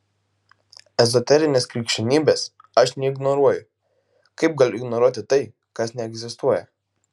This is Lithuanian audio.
ezoterinės krikščionybės aš neignoruoju kaip galiu ignoruoti tai kas neegzistuoja